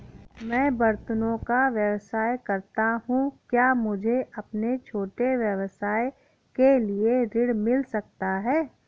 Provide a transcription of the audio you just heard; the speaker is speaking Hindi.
मैं बर्तनों का व्यवसाय करता हूँ क्या मुझे अपने छोटे व्यवसाय के लिए ऋण मिल सकता है?